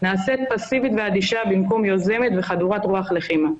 נעשית פסיבית ואדישה במקום יוזמת וחדורת רוח לחימה.